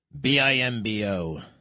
B-I-M-B-O